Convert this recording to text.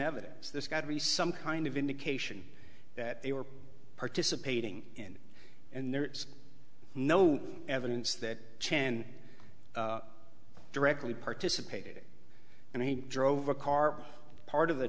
evidence there's got to be some kind of indication that they were participating in and there's no evidence that chen directly participated and he drove a car part of the